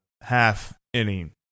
half-inning